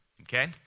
okay